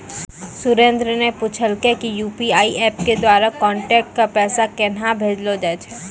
सुरेन्द्र न पूछलकै कि यू.पी.आई एप्प के द्वारा कांटैक्ट क पैसा केन्हा भेजलो जाय छै